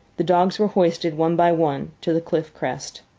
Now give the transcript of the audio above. the dogs were hoisted, one by one, to the cliff crest.